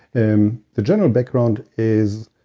and the general background is